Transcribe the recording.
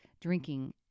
drinking